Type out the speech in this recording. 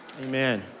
Amen